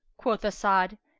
quoth as'ad,